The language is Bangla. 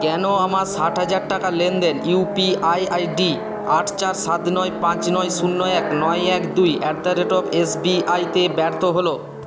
কেন আমার ষাট হাজার টাকা লেনদেন ইউপিআই আইডি আট চার সাত নয় পাঁচ নয় শূন্য এক নয় এক দুই at the rate of SBI তে ব্যর্থ হল